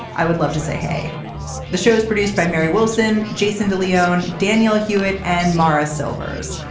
i would love to say hey the show is produced by mary wilson jason de leone daniel hewett and mara silvers.